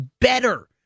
better